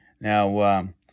Now